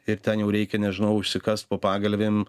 ir ten jau reikia nežinau užsikast po pagalvėm